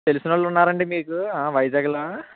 తెలిసిన వాళ్ళు ఉన్నారా అండి మీకు వైజాగ్లో